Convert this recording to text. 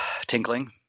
tinkling